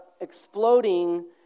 exploding